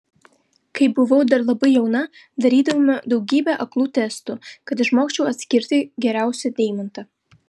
kai buvau dar labai jauna darydavome daugybę aklų testų kad išmokčiau atskirti geriausią deimantą